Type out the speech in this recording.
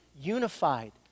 unified